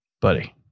buddy